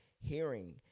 hearing